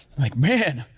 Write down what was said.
like man.